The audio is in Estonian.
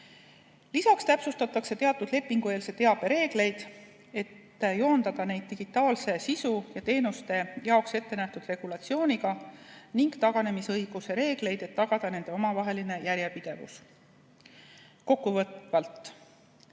Lisaks täpsustatakse teatud lepingueelse teabe reegleid, et joondada neid digitaalse sisu ja teenuste jaoks ette nähtud regulatsiooniga, ning taganemisõiguse reegleid, et tagada nende omavaheline järjepidevus. Kokkuvõtvalt.